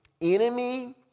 enemy